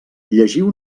llegiu